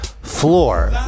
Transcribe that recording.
floor